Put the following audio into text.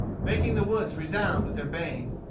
making the woods resound with their baying.